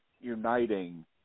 uniting